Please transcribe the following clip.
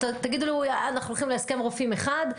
ותגידו לי שאתם הולכים להסכם רופאים אחד,